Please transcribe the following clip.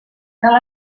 cal